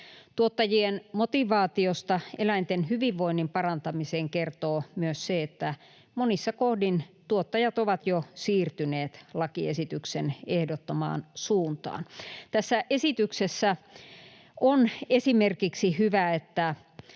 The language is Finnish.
Tuottajien motivaatiosta eläinten hyvinvoinnin parantamiseen kertoo myös se, että monissa kohdin tuottajat ovat jo siirtyneet lakiesityksen ehdottamaan suuntaan. Tässä esityksessä on hyvää esimerkiksi se, että